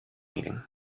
meeting